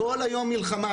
כל היום מלחמה.